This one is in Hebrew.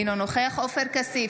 אינו נוכח עופר כסיף,